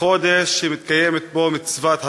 חודש שמתקיימת בו מצוות הצום.